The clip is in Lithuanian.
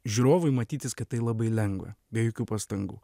žiūrovui matytis kad tai labai lengva be jokių pastangų